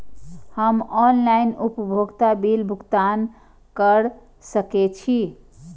हम ऑनलाइन उपभोगता बिल भुगतान कर सकैछी?